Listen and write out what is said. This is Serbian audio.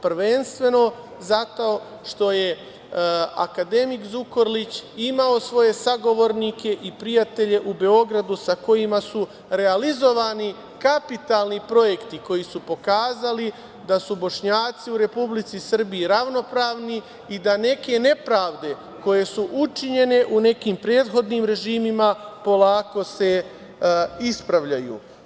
Prvenstveno zato što je akademik Zukorlić imao svoje sagovornike i prijatelje u Beogradu, sa kojima su realizovani kapitalni projekti koji su pokazali da su Bošnjaci u Republici Srbiji ravnopravni i da neke nepravde koje su učinjene u nekim prethodnim režimima polako se ispravljaju.